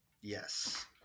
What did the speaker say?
Yes